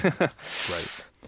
Right